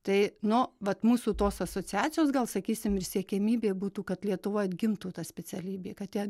tai nu vat mūsų tos asociacijos gal sakysim ir siekiamybė būtų kad lietuvoj atgimtų ta specialybė kad ją